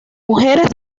mujeres